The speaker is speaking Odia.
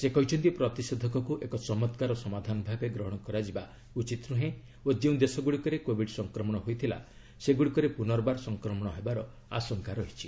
ସେ କହିଛନ୍ତି ପ୍ରତିଷେଧକକୁ ଏକ ଚମକ୍କାର ସମାଧାନ ଭାବେ ଗ୍ହଣ କରାଯିବା ଉଚିତ୍ ନ୍ଦୁହେଁ ଓ ଯେଉଁ ଦେଶଗ୍ରଡ଼ିକରେ କୋଭିଡ୍ ସଂକ୍ମଣ ହୋଇଥିଲା ସେଗ୍ରଡ଼ିକରେ ପୁନର୍ବାର ସଂକ୍ମଣ ହେବାର ଆଶଙ୍କା ରହିଛି